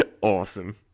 Awesome